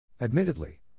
Admittedly